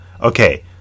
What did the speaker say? okay